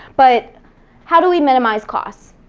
but how do we minimize costs?